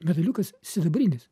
metaliukas sidabrinis